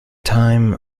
time